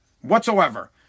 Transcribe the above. whatsoever